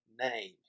name